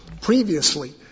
Previously